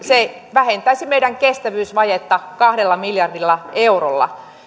vähentäisi meidän kestävyysvajetta kahdella miljardilla eurolla